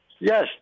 Yes